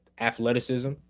athleticism